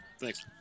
Thanks